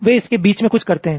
वे इसके बीच में कुछ करते हैं